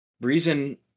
reason